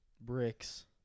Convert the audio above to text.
bricks